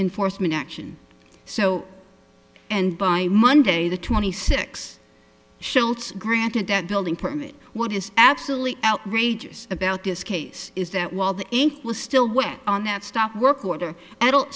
enforcement action so and by monday the twenty six shelters granted that building permit what is absolutely outrageous about this case is that while the ink was still wet on that stop work order adult